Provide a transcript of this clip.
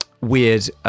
weird